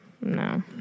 no